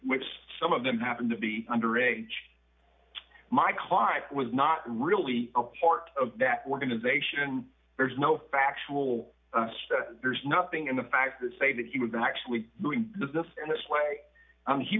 which some of them happen to be under a my client was not really a part of that organization there's no factual there's nothing in the fact that say that he was actually doing this and that's why